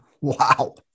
Wow